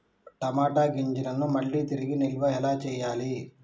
టమాట గింజలను మళ్ళీ తిరిగి నిల్వ ఎలా చేయాలి?